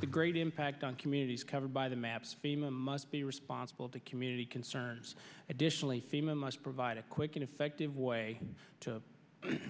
the great impact on communities covered by the maps fema must be responsible to community concerns additionally fema must provide a quick and effective way to